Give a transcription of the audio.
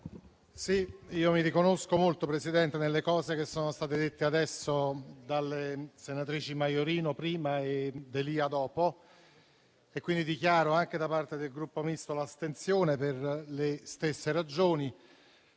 mi riconosco molto nelle cose che sono state dette adesso dalle senatrici Maiorino e D'Elia e quindi dichiaro anche da parte del Gruppo Misto l'astensione per le stesse ragioni.